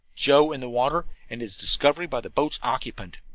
joe in the water, and his discovery by the boat's occupant.